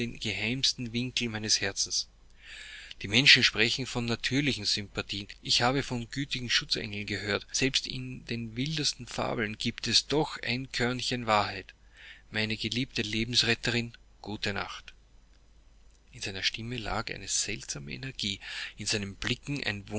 geheimsten winkel meines herzens die menschen sprechen von natürlichen sympathien ich habe von gütigen schutzengeln gehört selbst in den wildesten fabeln giebt es doch ein körnchen wahrheit meine geliebte lebensretterin gute nacht in seiner stimme lag eine seltsame energie in seinen blicken